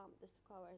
discovered